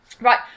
Right